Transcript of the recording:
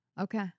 Okay